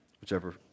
whichever